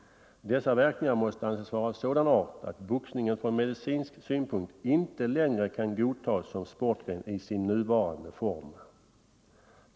Dessa verkningar måste anses vara av sådan art att boxningen från medicinsk synpunkt inte längre kan godtas som sportgren i sin nuvarande form.